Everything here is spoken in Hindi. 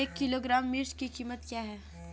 एक किलोग्राम मिर्च की कीमत क्या है?